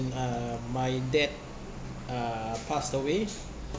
uh my dad uh passed away